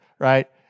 Right